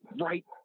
right